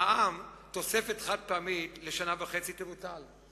המע"מ, תוספת חד-פעמית לשנה וחצי תבוטל.